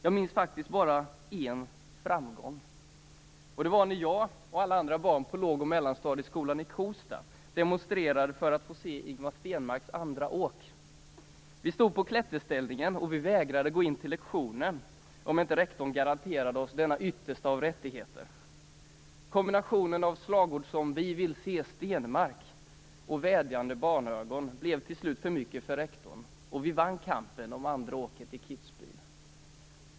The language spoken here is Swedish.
Jag minns faktiskt bara en framgång. Det var när jag och alla andra barn på låg och mellanstadieskolan i Kosta demonstrerade för att få se Ingmar Stenmarks andra åk. Vi stod på klätterställningen och vägrade gå in till lektionen om inte rektorn garanterade oss denna yttersta av rättigheter. Kombinationen av slagord som "vi vill se Stenmark" och vädjande barnaögon blev till slut för mycket för rektorn. Vi vann kampen om andra åket i Kitzbühel.